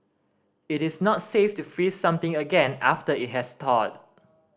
it is not safe to freeze something again after it has thawed